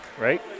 right